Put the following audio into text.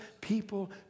people